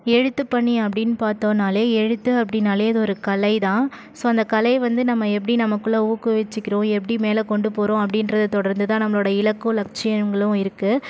எழுத்துப்பணி அப்படின்னு பார்த்தோனாலே எழுத்து அப்படின்னாலே அது ஒரு கலைதான் ஸோ அந்த கலையை வந்து நம்ம எப்படி நமக்குள்ளே ஊக்குவிச்சுக்கிறோம் எப்படி மேலே கொண்டு போகிறோம் அப்படின்றதை தொடர்ந்துதான் நம்மளோட இலக்கும் லட்சியங்களும் இருக்குது